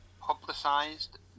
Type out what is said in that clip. publicized